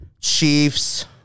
Chiefs